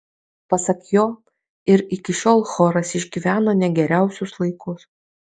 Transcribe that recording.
pasak jo ir iki šiol choras išgyveno ne geriausius laikus